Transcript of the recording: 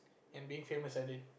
and being famous at it